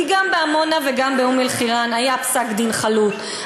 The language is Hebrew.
כי גם בעמונה וגם באום-אלחיראן היה פסק-דין חלוט,